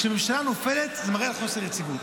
כשממשלה נופלת זה מראה על חוסר יציבות.